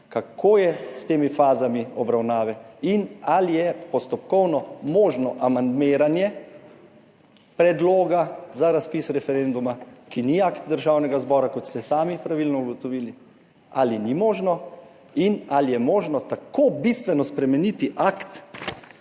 kako je s temi fazami obravnave in ali je postopkovno možno amandmiranje predloga za razpis referenduma, ki ni akt Državnega zbora, kot ste sami pravilno ugotovili, ali ni možno. In ali je možno tako bistveno spremeniti akt,